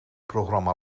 programma